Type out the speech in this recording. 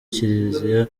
kiriziya